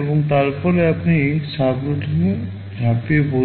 এবং তারপরে আপনি সাবরোটিনে ঝাঁপিয়ে পড়ুন